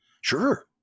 Sure